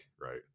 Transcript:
right